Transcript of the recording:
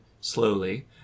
slowly